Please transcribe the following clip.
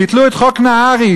ביטלו את חוק נהרי.